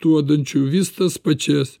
duodančių vis tas pačias